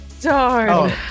darn